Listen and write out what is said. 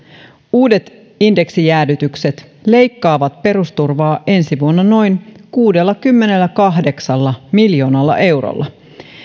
uudet indeksijäädytykset leikkaavat perusturvaa ensi vuonna noin kuudellakymmenelläkahdeksalla miljoonalla eurolla